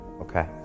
Okay